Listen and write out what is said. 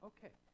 Okay